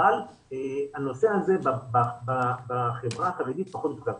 אבל הנושא הזה בחברה החרדית פחות מתוקצב.